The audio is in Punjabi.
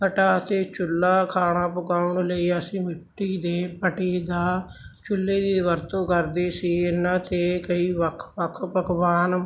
ਪਟਾ ਅਤੇ ਚੁੱਲ੍ਹਾ ਖਾਣਾ ਪਕਾਉਣ ਲਈ ਅਸੀਂ ਮਿੱਟੀ ਦੇ ਪਟੇ ਦਾ ਚੁੱਲ੍ਹੇ ਦੀ ਵਰਤੋਂ ਕਰਦੇ ਸੀ ਇਨ੍ਹਾਂ 'ਤੇ ਕਈ ਵੱਖ ਵੱਖ ਪਕਵਾਨ